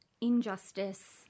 injustice